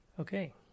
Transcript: Okay